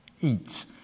eat